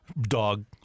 Dog